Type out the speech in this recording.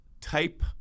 type